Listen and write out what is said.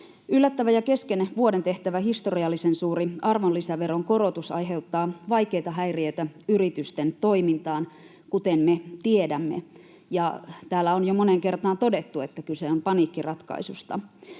Yllättävä ja kesken vuoden tehtävä, historiallisen suuri arvonlisäveron korotus aiheuttaa vaikeita häiriöitä yritysten toimintaan, kuten me tiedämme. Täällä on jo moneen kertaan todettu, että kyse on paniikkiratkaisusta.